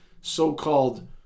so-called